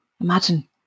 Imagine